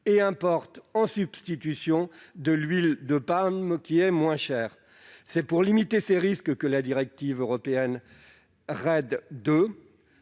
et importe, en substitution, de l'huile de palme, qui revient moins cher. C'est pour limiter ces risques que la directive européenne RED II